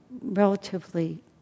relatively